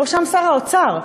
בראשם שר האוצר,